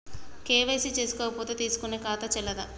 KYC చేసుకోకపోతే తీసుకునే ఖాతా చెల్లదా?